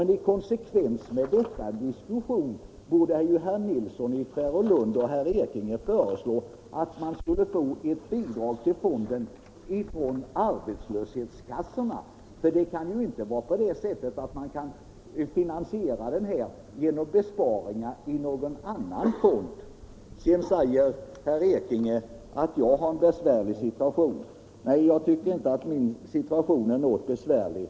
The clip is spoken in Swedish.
Men i konsekvens med det borde herr Nilsson i Tvärålund och herr Ekinge föreslå att fonden skulle finansieras med bidrag från bl.a. arbetslöshetskassorna — för man kan ju inte finansiera den här fonden genom besparingar i någon annan fond! Herr Ekinge säger att jag befinner mig i en besvärlig situation. Nej, jag tycker inte att min situation är besvärlig.